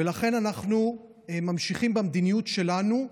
ולכן אנחנו ממשיכים במדיניות שלנו,